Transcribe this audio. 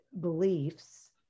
beliefs